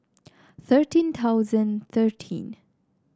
thirteen thousand thirteen